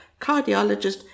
cardiologist